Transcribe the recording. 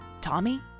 Tommy